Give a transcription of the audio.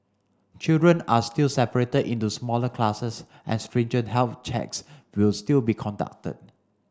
children are still separated into smaller classes and stringent health checks will still be conducted